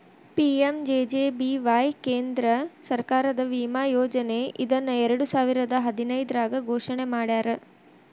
PMJJBY ಕೇಂದ್ರ ಸರ್ಕಾರದ ವಿಮಾ ಯೋಜನೆ ಇದನ್ನ ಎರಡುಸಾವಿರದ್ ಹದಿನೈದ್ರಾಗ್ ಘೋಷಣೆ ಮಾಡ್ಯಾರ